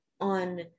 on